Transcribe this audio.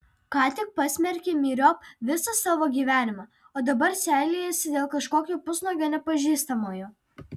ką tik pasmerkė myriop visą savo gyvenimą o dabar seilėjasi dėl kažkokio pusnuogio nepažįstamojo